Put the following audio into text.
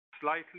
slightly